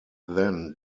then